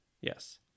Yes